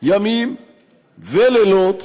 ימים ולילות,